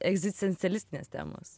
egzistencialistinės temos